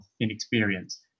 inexperience